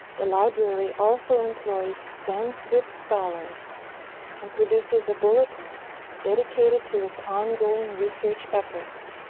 the library also employs sanskrit scholars and produces a bulletin dedicated to it's ongoing research efforts.